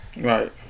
Right